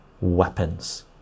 weapons